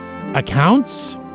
accounts